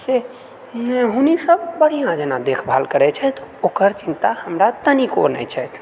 सँ हुनिसभ बढ़िआँ जेना देखभाल करैत छथि ओकर चिन्ता हमरा तनिको नहि छथि